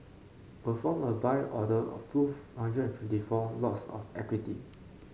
perform a Buy order of two hundred and fifty four lots of equity